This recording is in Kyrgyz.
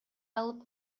алып